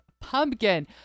pumpkin